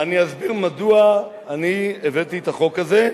אני אסביר מדוע הבאתי את החוק הזה,